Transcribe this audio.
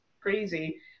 crazy